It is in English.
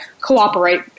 cooperate